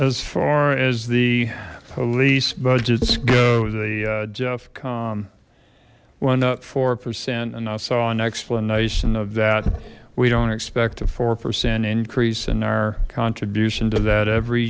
as far as the police budgets go the jeff comm went up four percent and i saw an explanation of that we don't expect a four percent increase in our contribution to that every